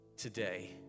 today